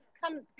Come